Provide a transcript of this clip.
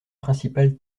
principales